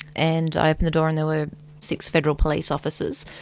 and i opened the door and there were six federal police officers,